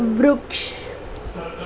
વૃક્ષ